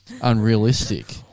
unrealistic